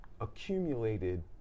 accumulated